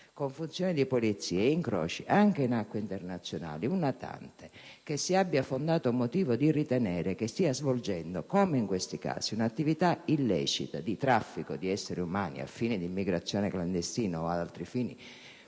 con funzioni di polizia incroci, anche in acque internazionali, un natante che si abbia fondato motivo di ritenere che stia svolgendo, come nei casi di cui stiamo parlando, un'attività illecita di traffico di esseri umani al fine di immigrazione clandestina o ad altri fini